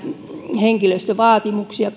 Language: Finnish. henkilöstövaatimuksia